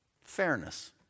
fairness